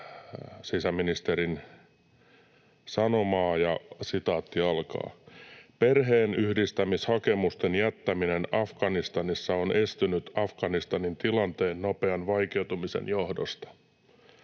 sisäministerin sanomaa: ”Perheenyhdistämishakemusten jättäminen Afganistanissa on estynyt Afganistanin tilanteen nopean vaikeutumisen johdosta.